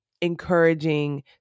encouraging